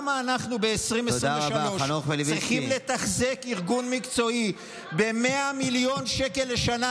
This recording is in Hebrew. למה אנחנו ב-2023 צריכים לתחזק ארגון מקצועי ב-100 מיליון שקל לשנה,